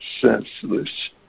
senseless